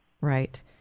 Right